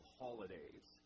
holidays